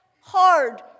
hard